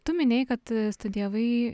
tu minėjai kad studijavai